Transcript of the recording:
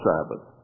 Sabbath